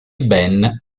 ben